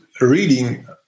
reading